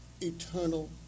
eternal